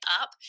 up